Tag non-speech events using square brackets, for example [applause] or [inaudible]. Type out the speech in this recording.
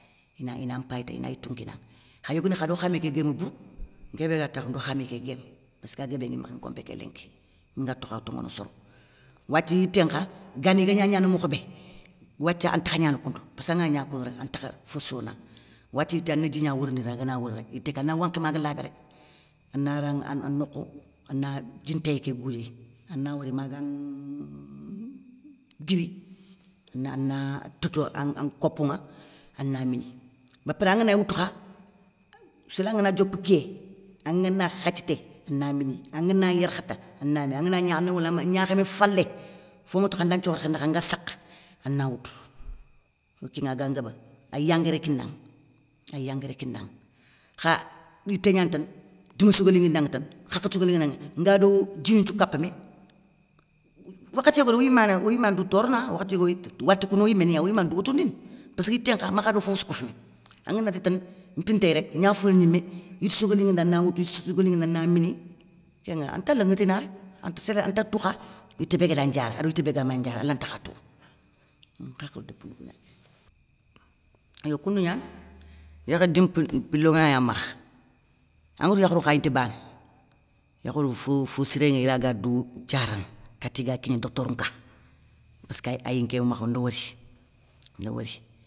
I na mpayi ta ina yitou kinŋa, kha yogonikha ado khamé kéy guémé brou, nké bé ga takhounou ndo khamé kéy guémé passka guébé nŋi makha nkompé ké lénki, minga tokha tonŋono soro. Wathia yité nkha gani iga gnagnana mokhobé, wathia antakha gnana koundou, passa ngana gna koundou rék antakh fossirona ŋa, wathia yité ana dji gna worindini rek angana worindi rek yité ana wankhi maga labé rek anara nokhou ana djintéyé ké goudiéy, ana wari maga [hesitation] guiri ana tétou an kopou ŋa ana mini. Ba paré angagna woutou kha, séla ngana diopa kiyé angana khathité, ana mini, angana yarkhata ana mini, angana gnakhama ana mini ana wala ma gnakhama falé foma tokho anda nthikou rékhé nakha anga sakha, ana woutou. Yo kén agan ngaba, ay yanguéré kinaŋa, ay yanguéré kinaŋa. Kha yité gnati tane, doussouga linŋi danŋa tane, hakhati sou ga sou nganagna nga do djini nthiou kapamé, [hesitation] wakhati ni yogoni oyimana oyimana dou toronona, wakhati yogoni watoukou no yimé niya oyoumane dou wotindini, passkeu yité nkha makha do fofossou kofoumé, anganari tane mpitéy rek, gna foni gnimé, yité sou ga linŋi nda na woutou, yité sou ga linŋi nda na mini, kénŋa an tala nŋwotina rék, ante séré anta tou kha yité bégara ndiara, ado yité bégama ndiara a lantakha tounou, nhakhilou dépou nou kou gna kiniŋa. Yo koundou gnani yékh doun mpilo nganagna makha, angati yakharou nkha i nti bana, yakharou fo fosirénŋéy iraga dou diarana kati ga kignéné doktorou nka, passkayi ayi nké makha ndi wori, ndi wori.